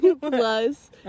plus